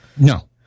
No